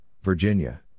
Virginia